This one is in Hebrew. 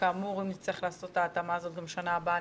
אם נצטרך לעשות את ההתאמה הזאת גם בשנה הבאה,